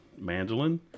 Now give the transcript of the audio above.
mandolin